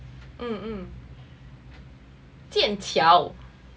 mm mm 剑桥